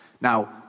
Now